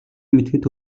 мэдэхэд